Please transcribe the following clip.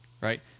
right